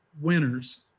winners